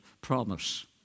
promise